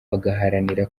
bagaharanira